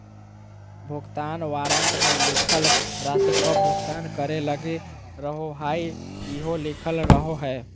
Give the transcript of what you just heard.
भुगतान वारन्ट मे लिखल राशि कब भुगतान करे लगी रहोहाई इहो लिखल रहो हय